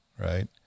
right